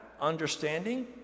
understanding